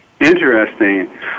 interesting